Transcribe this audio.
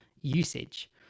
usage